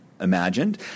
imagined